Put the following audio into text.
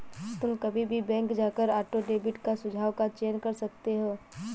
तुम कभी भी बैंक जाकर ऑटो डेबिट का सुझाव का चयन कर सकते हो